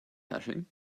hashing